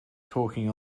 talking